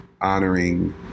honoring